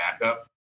backup